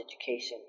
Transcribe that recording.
education